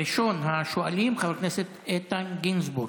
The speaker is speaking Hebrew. ראשון השואלים, חבר הכנסת איתן גינזבורג.